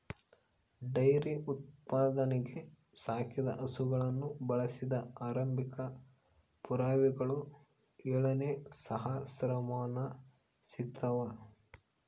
dairy ಉತ್ಪಾದನೆಗೆ ಸಾಕಿದ ಹಸುಗಳನ್ನು ಬಳಸಿದ ಆರಂಭಿಕ ಪುರಾವೆಗಳು ಏಳನೇ ಸಹಸ್ರಮಾನ ಸಿಗ್ತವ